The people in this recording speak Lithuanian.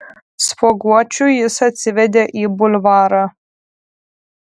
spuoguočių jis atsivedė į bulvarą